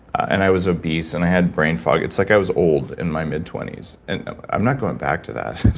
and i was obese and i had brain fog. it's like i was old in my mid twenty s. and i'm not going back to that.